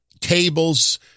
tables